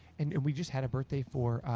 and and we just had a birthday for,